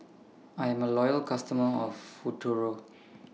I'm A Loyal customer of Futuro